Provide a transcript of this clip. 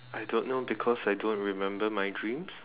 I don't know because I don't remember my dreams